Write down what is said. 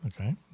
Okay